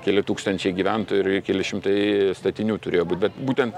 keli tūkstančiai gyventojų ir keli šimtai statinių turėjo būt bet būtent